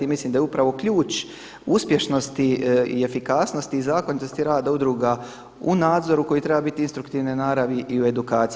I mislim da je upravo ključ uspješnosti i efikasnosti i zakonitosti rada udruga u nadzoru koji treba biti instruktivne naravi i u edukaciji.